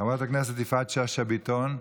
חברת הכנסת יפעת שאשא ביטון,